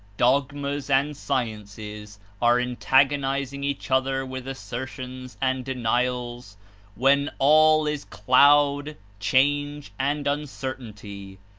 dogmas and sciences are antagonizing each other with assertions and denials when all is cloud, change and uncertainty,